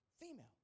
Female